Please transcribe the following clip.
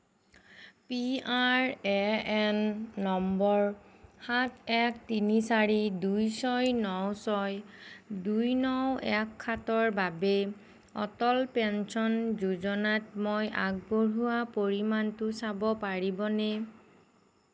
P R A N number সাত এক তিনি চাৰি দুই ছয় ন ছয় দুই ন এক সাতৰ বাবে অটল পেঞ্চন যোজনাত মই আগবঢ়োৱা পৰিমাণটো চাব পাৰিবনে